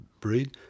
breed